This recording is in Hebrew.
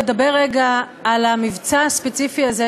לדבר רגע על המבצע הספציפי הזה,